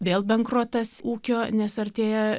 vėl bankrotas ūkio nes artėja